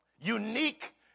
Unique